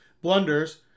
blunders